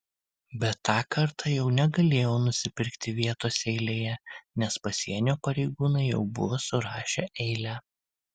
bet tą kartą jau negalėjau nusipirkti vietos eilėje nes pasienio pareigūnai jau buvo surašę eilę